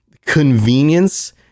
convenience